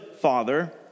father